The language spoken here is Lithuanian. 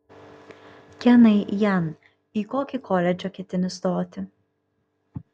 kenai jan į kokį koledžą ketini stoti